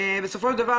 בסופו של דבר,